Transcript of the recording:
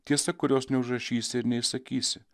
tiesa kurios neužrašysi ir neįsakysi